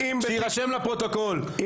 שיירשם לפרוטוקול,